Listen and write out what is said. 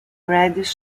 pradesh